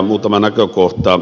muutama näkökohta